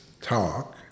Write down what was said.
talk